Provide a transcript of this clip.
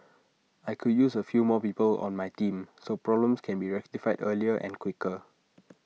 I could use A few more people on my team so problems can be rectified earlier and quicker